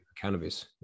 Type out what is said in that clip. cannabis